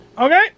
Okay